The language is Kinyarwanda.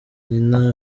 nyina